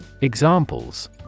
Examples